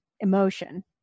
emotion